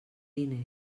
diners